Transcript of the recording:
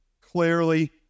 clearly